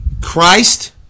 Christ